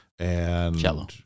Cello